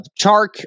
Chark